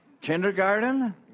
kindergarten